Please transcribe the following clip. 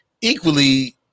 equally